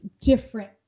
different